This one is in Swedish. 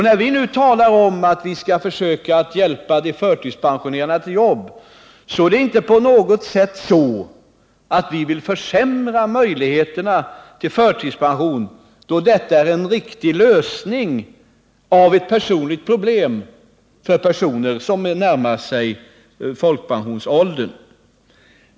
När vi nu talar om att vi skall försöka att hjälpa de förtidspensionerade till ett arbete innebär det inte alls att vi vill försämra möjligheterna till förtidspension, då pensionering är en riktig lösning av ett personligt problem för personer som närmar sig folkpensionsåldern.